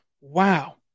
wow